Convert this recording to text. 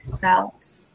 felt